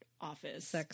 office